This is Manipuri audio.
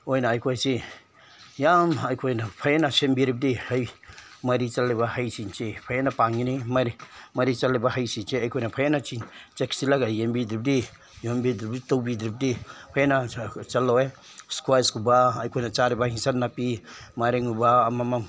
ꯑꯣꯏꯅ ꯑꯩꯈꯣꯏꯁꯤ ꯌꯥꯝ ꯑꯩꯈꯣꯏꯅ ꯐꯖꯅ ꯁꯦꯝꯕꯤꯔꯕꯗꯤ ꯍꯩ ꯃꯔꯤ ꯆꯠꯂꯤꯕ ꯍꯩꯁꯤꯡꯁꯤ ꯐꯖꯅ ꯄꯥꯟꯒꯅꯤ ꯃꯔꯤ ꯃꯔꯤ ꯆꯠꯂꯤꯕ ꯍꯩꯁꯤꯡꯁꯦ ꯑꯩꯈꯣꯏꯅ ꯐꯖꯅ ꯆꯦꯛꯁꯤꯜꯂꯒ ꯌꯦꯡꯕꯤꯗ꯭ꯔꯕꯗꯤ ꯇꯧꯕꯤꯗ꯭ꯔꯕꯗꯤ ꯐꯖꯅ ꯆꯠꯂꯣꯏ ꯏꯁꯀ꯭ꯋꯥꯏꯁꯀꯨꯝꯕ ꯑꯩꯈꯣꯏꯅ ꯆꯥꯔꯤꯕ ꯑꯦꯟꯁꯥꯡ ꯅꯥꯄꯤ ꯃꯥꯏꯔꯦꯟꯒꯨꯝꯕ ꯑꯃ ꯑꯃ